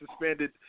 suspended